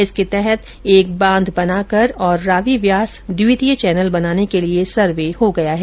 इसके तहत एक बांध बनाकर और रावी व्यास द्वितीय चैनल बनाने के लिए सर्वे हो गया है